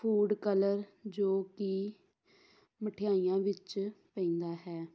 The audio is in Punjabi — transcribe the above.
ਫੂਡ ਕਲਰ ਜੋ ਕਿ ਮਠਿਆਈਆਂ ਵਿੱਚ ਪੈਂਦਾ ਹੈ